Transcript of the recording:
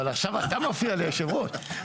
אבל עכשיו אתה מפריע לי יושב הראש.